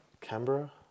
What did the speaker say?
Canberra